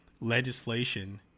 legislation